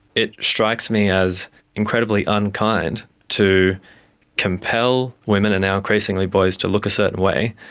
it strikes me as incredibly unkind to compel women and now increasingly boys to look a certain way,